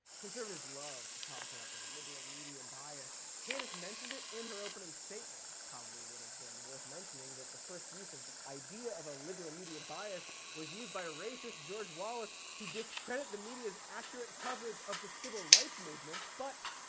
conservatives love to talk about the liberal media bias. candace mentioned it in her opening statement. probably would have been worth mentioning that the first use of the idea of a liberal media bias was used by racist george wallace to discredit the media's accurate coverage of the civil rights movement, but.